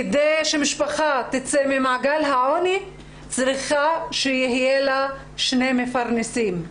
כדי שמשפחה תצא ממעגל העוני היא צריכה שיהיו לה שני מפרנסים,